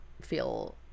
feel